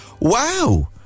wow